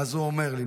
אז הוא אומר לי.